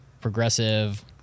progressive